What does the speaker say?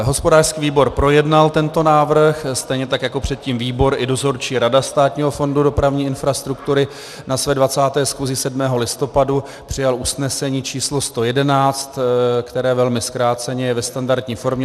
Hospodářský výbor projednal tento návrh, stejně tak jako předtím výbor i Dozorčí rada Státního fondu dopravní infrastruktury, na své 20. schůzi 7. listopadu, přijal usnesení č. 111, které, velmi zkráceně, je ve standardní formě: